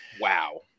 wow